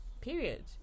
Period